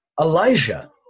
Elijah